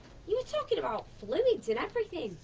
you were talking about fluids and everything.